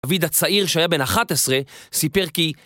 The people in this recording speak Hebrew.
דויד הצעיר שהיה בן 11 סיפר כי